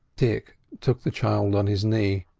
dick took the child on his knee,